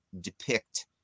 depict